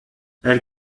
elle